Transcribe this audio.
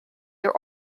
your